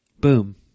Boom